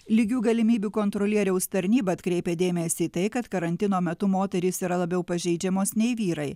lygių galimybių kontrolieriaus tarnyba atkreipia dėmesį į tai kad karantino metu moterys yra labiau pažeidžiamos nei vyrai